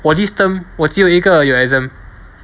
for this term 我只有一个有 exam